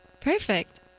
Perfect